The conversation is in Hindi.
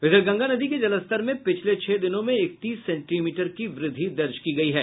उधर गंगा नदी के जलस्तर में पिछले छह दिनों में इकतीस सेंटीमीटर की वृद्धि हुई है